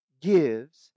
gives